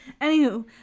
Anywho